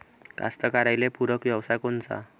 कास्तकाराइले पूरक व्यवसाय कोनचा?